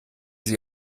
sie